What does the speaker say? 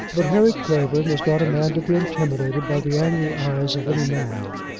but harry clavering was not a man to be intimidated by the angry eyes of any man.